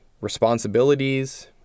responsibilities